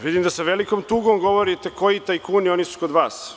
Vidim da sa velikom tugom govorite – koji tajkuni, oni su kod vas.